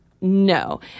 no